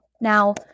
Now